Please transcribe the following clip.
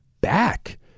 back